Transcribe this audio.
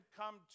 come